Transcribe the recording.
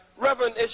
Reverend